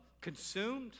consumed